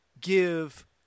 give